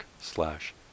slash